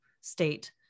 state